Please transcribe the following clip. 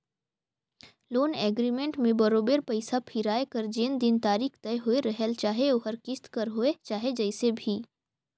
loan agreement में बरोबेर पइसा फिराए कर जेन दिन तारीख तय होए रहेल चाहे ओहर किस्त कर होए चाहे जइसे भी